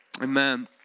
Amen